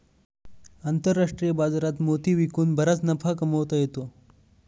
आंतरराष्ट्रीय बाजारात मोती विकून बराच नफा कमावता येतो